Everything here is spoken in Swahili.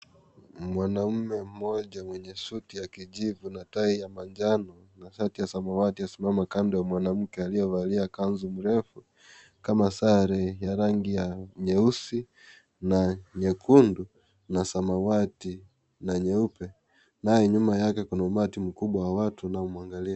Mwanaume mmoja mwenye suti ya kijivu na tai ya majano na shati ya samawati amesimama kando mwanamke aliye valia kanzu mrefu kama sare ya rangi ya nyeusi na nyekundu na samawati na nyeupe naye nyuma yake kuna umati mkubwa wa watu unaomwangalia.